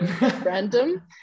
random